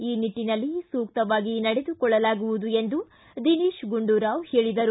ಈ ನಿಟ್ಟನಲ್ಲಿ ಸೂಕ್ತವಾಗಿ ನಡೆದುಕೊಳ್ಳಲಾಗುವುದು ಎಂದು ದಿನೇತ ಗುಂಡೂರಾವ್ ಹೇಳಿದರು